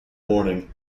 morning